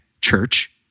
church